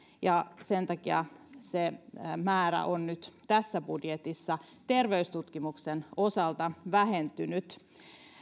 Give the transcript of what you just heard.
ja sen takia se määrä on nyt tässä budjetissa terveystutkimuksen osalta vähentynyt